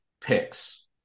picks